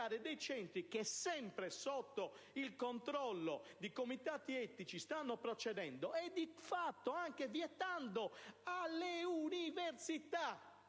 quelli che, sempre sotto il controllo dei comitati etici, stanno procedendo, di fatto anche vietando alle università